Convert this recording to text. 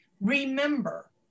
remember